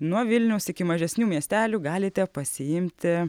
nuo vilniaus iki mažesnių miestelių galite pasiimti